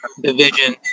division